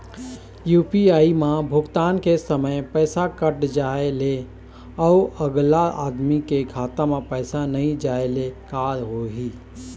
UPI म भुगतान के समय पैसा कट जाय ले, अउ अगला आदमी के खाता म पैसा नई जाय ले का होही?